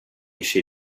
she